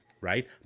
right